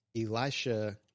Elisha